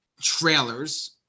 trailers